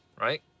right